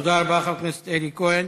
תודה רבה, חבר הכנסת אלי כהן.